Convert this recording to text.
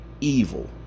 evil